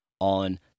on